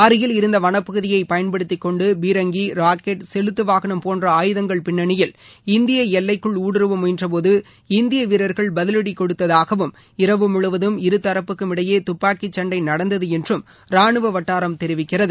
அருகில் இருந்த வனப்பகுதியை பயன்படுத்திக் கொண்டு பீரங்கி ராக்கெட் செலுத்து வாகனம் போன்ற ஆயுதங்கள் பிண்ணியில் இந்திய எல்லைக்குள் ஊடுருவ முயன்ற போது கொடுத்ததாவும் இரவு முழுவதும் இருதரப்புக்கும் இடையே இந்திய வீரர்கள் பதிலடி துப்பாக்கி சண்டை நடந்தது என்றும் ராணுவ வட்டாரம் தெரிவிக்கிறது